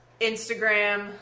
Instagram